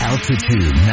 Altitude